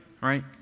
Right